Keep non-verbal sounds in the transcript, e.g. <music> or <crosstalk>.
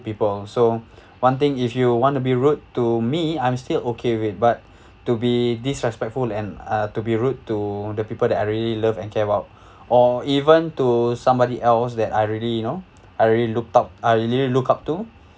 people so <breath> one thing if you want to be rude to me I'm still okay with but <breath> to be disrespectful and uh to be rude to the people that I really love and care about <breath> or even to somebody else that I really you know I looked up I really look up to